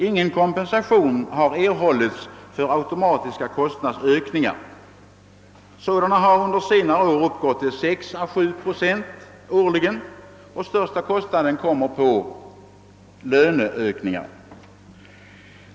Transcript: Ingen kompensation har, med andra ord, erhållits för de automatiska kostnadsökningarna, som under senare år har uppgått till 6 å 7 procent årligen, varav den största kostnaden kommer på lönerna.